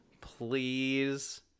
Please